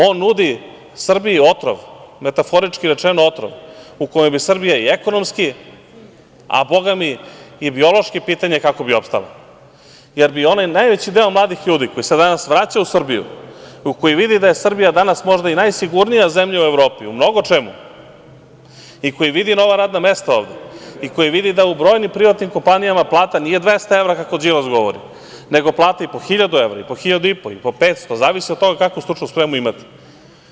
On nudi Srbiji otrov, metaforički rečeno otrov, u koji bi Srbija i ekonomski, a bogami i biološki pitanje je kako bi opstala, jer bi onaj najveći deo mladih ljudi koji se danas vraća u Srbiju, koji vidi da je Srbija danas možda i najsigurnija zemlja u Evropi u mnogo čemu, i koji vidi nova radna mesta ovde, koji vidi da u brojnim privatnim kompanijama plata nije 200 evra kako Đilas govori, nego je plata i po 1.000, 1.500, po 500 evra zavisi od toga kakvu stručnu spremu imate.